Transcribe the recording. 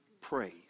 praise